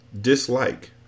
dislike